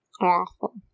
Awful